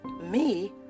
Me